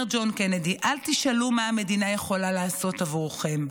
אומר ג'ון קנדי: אל תשאלו מה המדינה יכולה לעשות עבורכם,